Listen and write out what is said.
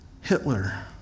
Hitler